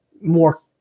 more